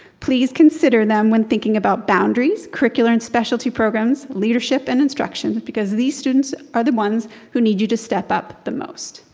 please consider them when thinking about boundaries, curricular and specialty programs, leadership and instruction because these students are the ones who need you to step up the most.